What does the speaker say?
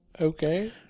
Okay